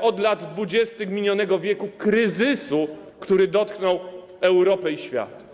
od lat 20. minionego wieku kryzysu, który dotknął Europę i świat.